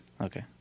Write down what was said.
Okay